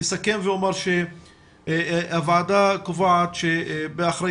יש להם בעיות או שקשה להם ללמוד לבד או שההורים לא יכולים